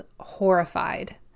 horrified